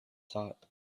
thought